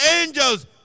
angels